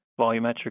volumetric